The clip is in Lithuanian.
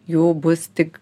jų bus tik